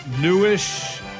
newish